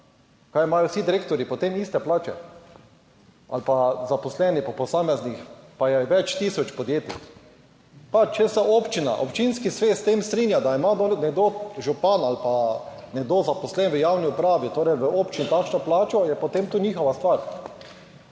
kaj imajo vsi direktorji potem iste plače ali pa zaposleni po posameznih, pa je več tisoč podjetij. Pa če se občina, občinski svet s tem strinja, da ima nekdo župan ali pa nekdo zaposlen v javni upravi, torej v občini takšno plačo, je potem to njihova stvar.